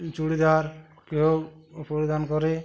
চুড়িদার কেউ পরিধান করে